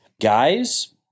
guys